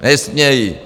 Nesmějí.